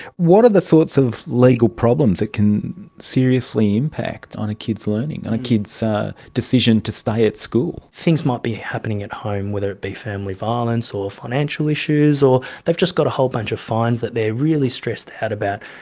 what are the sorts of legal problems that can seriously impact on a kid's learning, on a kid's decision to stay at school? things might be happening at home, whether it be family violence or financial issues, or they've just got a whole bunch of fines that they are really stressed out about.